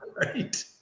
right